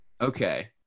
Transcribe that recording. okay